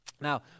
Now